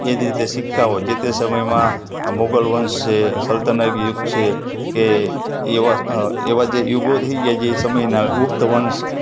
એ જ રીતે સિક્કાઓ જે તે સમયમાં મુઘલ વંશ છે સલ્તનત યુગ છે કે એવા એવા જે યુગો થઇ ગયા જે એ સમયના ગુપ્ત વંશ